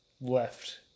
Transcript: left